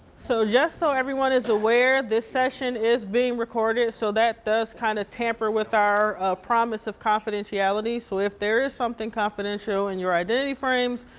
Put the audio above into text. so just so everyone is aware, this session is being recorded, so that does kinda kind of tamper with our promise of confidentiality. so if there is something confidential in your identity frames